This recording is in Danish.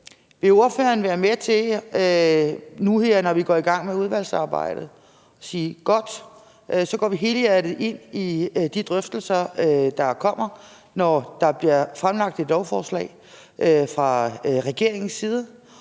om ordføreren vil være med til, nu her når vi går i gang med udvalgsarbejdet, simpelt hen at sige: Godt, så går vi helhjertet ind i de drøftelser, der kommer, når der bliver fremlagt et lovforslag fra regeringens side,